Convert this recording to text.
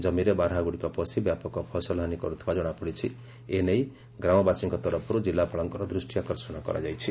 ଜମିରେ ବାରାହାଗୁଡ଼ିକ ପଶି ବ୍ୟାପକ ଫସଲହାନୀ କର୍ ଏ ନେଇ ଗ୍ରାମବାସୀଙ୍କ ତରଫରୁ ଜିଲ୍ଲାପାଳଙ୍କର ଦୂଷ୍ଟି ଆକର୍ଷଣ କରାଯାଇଛି